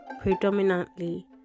predominantly